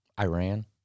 Iran